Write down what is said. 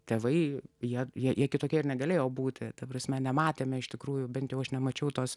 tėvai jie jie kitokie ir negalėjo būti ta prasme nematėme iš tikrųjų bent jau aš nemačiau tos